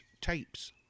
tapes